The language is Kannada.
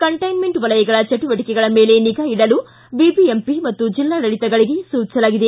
ಕಂಟ್ಯೆನ್ಮೆಂಟ್ ವಲಯಗಳ ಚಟುವಟಿಕೆಗಳ ಮೇಲೆ ನಿಗಾ ಇಡಲು ಬಿಬಿಎಂಪಿ ಮತ್ತು ಜಿಲ್ಲಾಡಳಿತಗಳಿಗೆ ಸೂಚಿಸಲಾಗಿದೆ